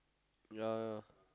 ya